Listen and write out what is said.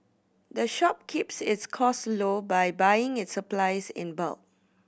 the shop keeps its cost low by buying its supplies in bulk